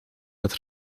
het